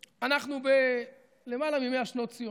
אנחנו, בלמעלה מ-100 שנות ציונות,